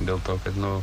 dėl to kad nu